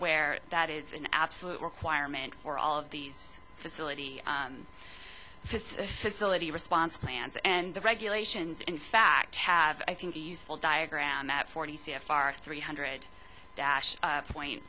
where that is an absolute requirement for all of these facility is a facility response plans and the regulations in fact have i think a useful diagram at forty c f r three hundred dash point